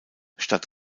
stadt